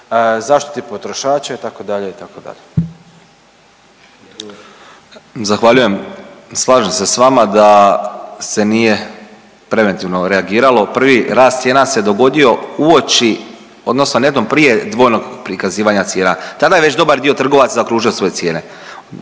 Marijan (Hrvatski suverenisti)** Zahvaljujem, slažem se s vama da se nije preventivno reagiralo. Prvi rast cijena se dogodio uoči odnosno netom prije dvojnog prikazivanja cijena. Tada je već dobar dio trgovaca zaokružio svoje cijene.